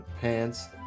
pants